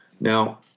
Now